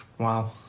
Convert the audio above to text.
Wow